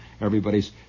everybody's